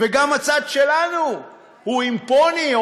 וגם הצד שלנו הוא עם פוני,